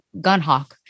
Gunhawk